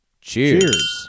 cheers